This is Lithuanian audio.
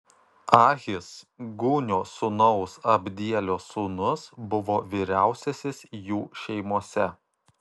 ahis gūnio sūnaus abdielio sūnus buvo vyriausiasis jų šeimose